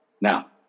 Now